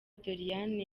doriane